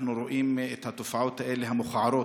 אנחנו רואים את התופעות האלה, המכוערות,